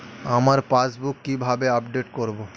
আমার পাসবুক কিভাবে আপডেট করবো?